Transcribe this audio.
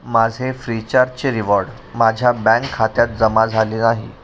माझे फ्रीचार्जचे रिवॉर्ड माझ्या बँक खात्यात जमा झाले नाही